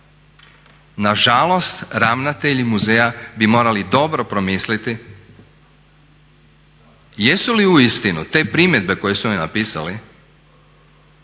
Nažalost, ravnatelji muzeja bi morali dobro promisliti jesu li uistinu te primjedbe koje su oni napisali